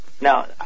Now